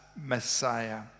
Messiah